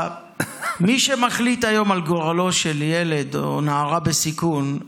מי שמחליט היום על גורלו של ילד או נערה בסיכון,